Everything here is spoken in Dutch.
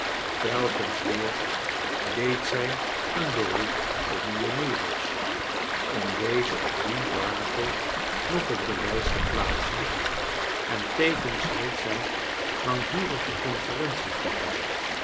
telkens weer deed zij een her oc p op mijnheer meagles om dezen of dien barnacle nog op de lijst te plaatsen en tevens hield zij langdurige confer en ties met hem